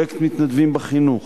פרויקט "מתנדבים בחינוך":